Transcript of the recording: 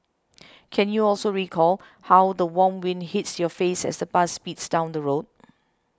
can you also recall how the warm wind hits your face as the bus speeds down the road